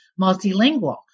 multilingual